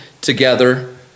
together